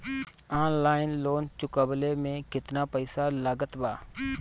Online loan चुकवले मे केतना पईसा लागत बा?